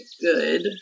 good